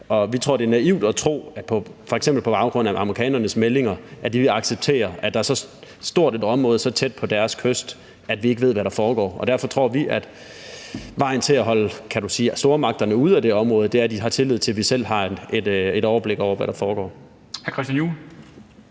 af amerikanernes meldinger – at de vil acceptere, at der er så stort et område så tæt på deres kyst, hvor vi ikke ved hvad der foregår. Og derfor tror vi, at vejen til at holde, kan du sige, stormagterne ude af det område, er, at de har tillid til, at vi selv har et overblik over, hvad der foregår.